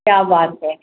क्या बात है